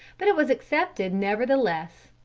but it was accepted nevertheless,